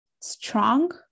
strong